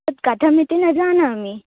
तत्कथमिति न जानामि